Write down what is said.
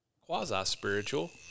quasi-spiritual